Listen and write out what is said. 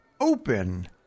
open